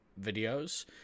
videos